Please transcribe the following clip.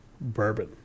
bourbon